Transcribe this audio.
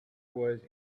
was